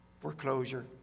foreclosure